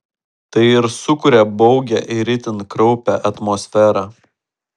tai ir sukuria baugią ir itin kraupią atmosferą